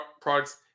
products